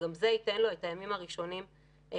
שגם זה ייתן לו את הימים האשונים באזרחות.